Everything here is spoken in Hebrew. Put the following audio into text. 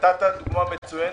נתת דוגמה מצוינת,